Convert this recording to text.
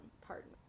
Pardon